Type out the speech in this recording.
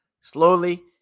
slowly